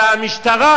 והמשטרה,